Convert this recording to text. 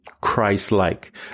Christ-like